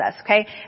okay